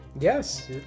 Yes